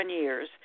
years